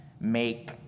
make